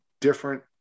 different